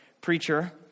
preacher